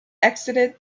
exited